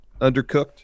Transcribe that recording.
undercooked